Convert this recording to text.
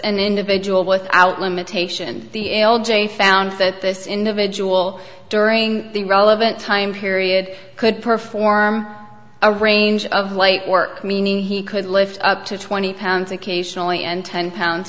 an individual without limitation l j found that this individual during the relevant time period could perform a range of light work meaning he could lift up to twenty pounds occasionally and ten pounds